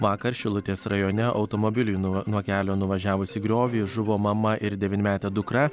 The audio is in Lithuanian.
vakar šilutės rajone automobiliui nuo nuo kelio nuvažiavus į griovį žuvo mama ir devynmetė dukra